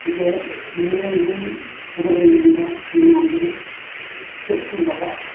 ᱡᱮ ᱱᱤᱭᱟᱹᱨᱮ ᱤᱧ ᱦᱚᱸᱧ ᱥᱮᱞᱮᱫᱚᱜ ᱤᱧ ᱢᱮᱱᱫᱟ ᱱᱤᱭᱟᱹ ᱧᱟᱢ ᱞᱟᱹᱜᱤᱫ ᱪᱮᱫ ᱠᱚ ᱞᱟᱜᱟᱜᱼᱟ